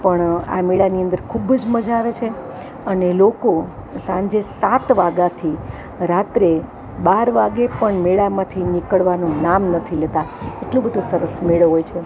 પણ આ મેળાની અંદર ખૂબ જ મજા આવે છે અને લોકો સાંજે સાત વાગ્યાથી રાત્રે બાર વાગ્યે પણ મેળામાંથી નીકળવાનું નામ નથી લેતાં એટલો બધો સરસ મેળો હોય છે